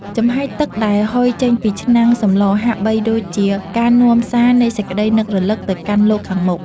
ចំហាយទឹកដែលហុយចេញពីឆ្នាំងសម្លហាក់បីដូចជាការនាំសារនៃសេចក្តីនឹករលឹកទៅកាន់លោកខាងមុខ។